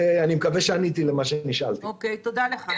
תודה לך.